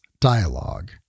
dialogue